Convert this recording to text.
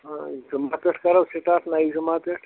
آ جُمَعہ پٮ۪ٹھ کَرو سِٹاٹ نَیہِ جُمَعہ پٮ۪ٹھ